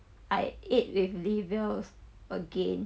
I ate with lyvia again